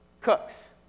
cooks